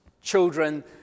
children